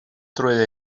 drwy